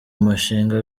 umushinga